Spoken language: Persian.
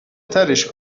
ترِش